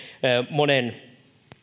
monen